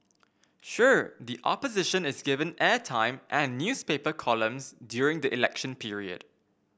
sure the Opposition is given airtime and newspaper columns during the election period